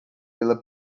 pela